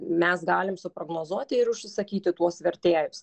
mes galim suprognozuoti ir užsisakyti tuos vertėjus